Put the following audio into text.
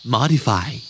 Modify